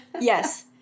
yes